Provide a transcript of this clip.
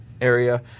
area